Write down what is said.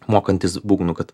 mokantis būgnų kad